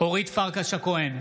אורית פרקש הכהן,